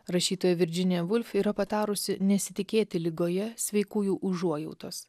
rašytoja virdžinija vulf yra patarusi nesitikėti ligoje sveikųjų užuojautos